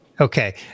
Okay